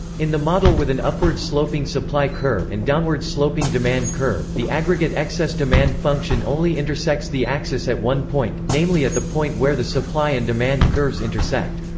in the model with an upward-sloping supply curve and downward-sloping demand curve, the aggregate excess demand function only intersects the axis at one point, namely at the point where the supply and demand curves intersect.